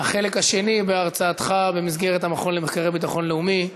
החלק השני בהרצאתך במסגרת המכון למחקרי ביטחון לאומי,